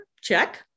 Check